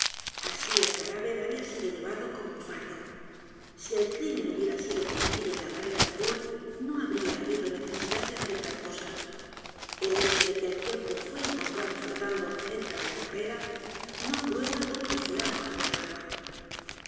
el cadáver había sido llevado como un fardo si el crimen hubiera sido cometido en la b a r r e r a de roule no habría habido necesidad de hacer tal cosa el hecho de que el cuerpo fué encontrado flotando cerca de la barrera no prueba dónde fué arrojado al a